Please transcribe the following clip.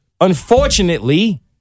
unfortunately